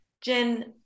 Jen